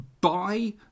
buy